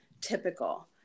typical